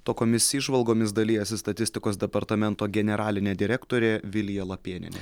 tokiomis įžvalgomis dalijasi statistikos departamento generalinė direktorė vilija lapėnienė